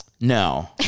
No